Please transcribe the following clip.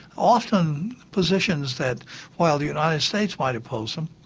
often positions that while the united states might oppose them,